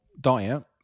diet